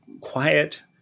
quiet